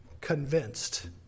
convinced